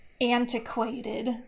antiquated